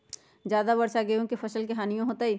ज्यादा वर्षा गेंहू के फसल मे हानियों होतेई?